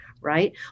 right